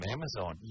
Amazon